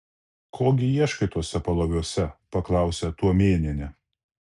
ko gi ieškai tuose paloviuose paklausė tuomėnienė